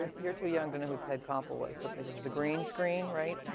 um you're too young to know who ted koppel was, but there was the green screen, right,